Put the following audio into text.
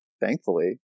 thankfully